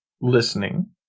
listening